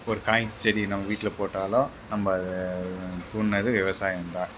ஒரு காய் செடி நம்ம வீட்டில் போட்டாலும் நம்ம அது தூண்டினது விவசாயம்தான்